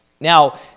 Now